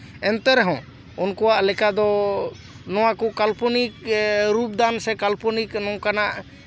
ᱮᱱᱛᱮ ᱨᱮᱦᱚᱸ ᱩᱱᱠᱩᱣᱟᱜ ᱞᱮᱠᱟ ᱫᱚ ᱱᱚᱣᱟ ᱠᱚ ᱠᱟᱞᱯᱚᱱᱤᱠ ᱨᱩᱯᱫᱟᱱ ᱥᱮ ᱠᱟᱞᱯᱚᱱᱤᱠ ᱱᱚᱝᱠᱟᱱᱟᱜ